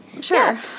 Sure